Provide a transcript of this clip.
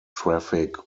traffic